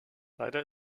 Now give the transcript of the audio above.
leider